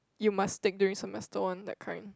you must take during semester one that kind